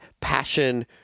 passion